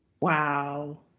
Wow